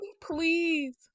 Please